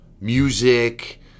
music